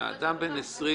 נניח אדם בן 18